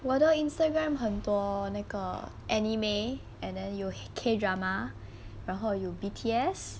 我的 instagram 很多那个 anime and then 有 K drama 然后有 B_T_S